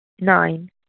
Nine